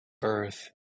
birth